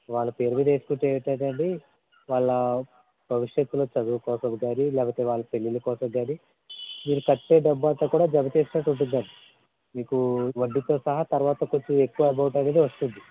వాళ్ళ పేరుమీద వేసుకుంటే ఏంటంటే అండి వాళ్ళ భవిష్యత్తులో చదువుకోసం కానీ లేకపోతే వాళ్ళ పెళ్ళిళ్ళ కోసం కానీ మీరు కట్టే డబ్బంతా కూడా జమ చేసినట్టు ఉంటుందండి మీకు వడ్డీతో సహా తర్వాత కొంచెం ఎక్కువ అమౌంట్ అనేది వస్తుంది